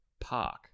park